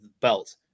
belt